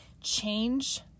change